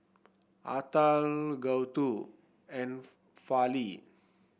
Atal Gouthu and Fali